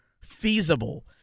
feasible